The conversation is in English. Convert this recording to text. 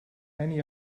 many